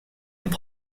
hip